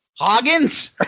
Hoggins